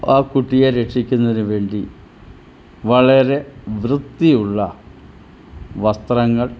ആ കുട്ടിയെ രക്ഷിക്കുന്നതിനു വേണ്ടി വളരെ വൃത്തിയുള്ള വസ്ത്രങ്ങൾ